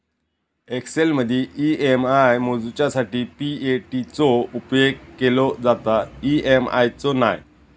एक्सेलमदी ई.एम.आय मोजूच्यासाठी पी.ए.टी चो उपेग केलो जाता, ई.एम.आय चो नाय